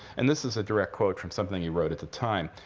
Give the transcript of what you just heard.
and this is a direct quote from something he wrote at the time.